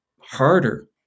harder